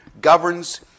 governs